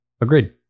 Agreed